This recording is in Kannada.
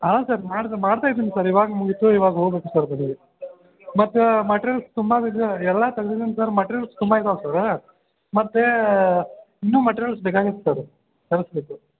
ಹಾಂ ಸರ್ ಮಾಡದೇ ಮಾಡ್ತಾ ಇದ್ದೀನಿ ಸರ್ ಇವಾಗ ಮುಗಿತು ಇವಾಗ ಹೋಬೇಕು ಸರ್ ಬೆಳಗ್ಗೆ ಮತ್ತು ಮೆಟೀರಿಯಲ್ಸ್ ತುಂಬ ಇದೆ ಎಲ್ಲಾ ತಗ್ದೀನಿ ಸರ್ ಮಟೀರಿಯಲ್ಸ್ ತುಂಬ ಇದಾವು ಸರ್ ಮತ್ತು ಇನ್ನೂ ಮೆಟೀರಿಯಲ್ಸ್ ಬೇಕಾಗತ್ತು ಅದು ತರ್ಸಬೇಕು